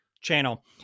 channel